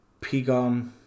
pigon